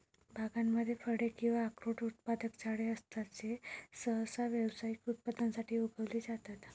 बागांमध्ये फळे किंवा अक्रोड उत्पादक झाडे असतात जे सहसा व्यावसायिक उत्पादनासाठी उगवले जातात